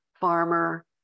farmer